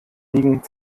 liegen